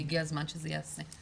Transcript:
כי הגיע הזמן שזה ייעשה.